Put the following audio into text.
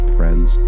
friends